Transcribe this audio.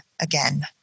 again